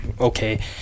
okay